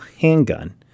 handgun